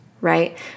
right